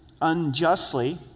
unjustly